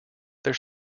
their